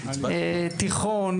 תיכון,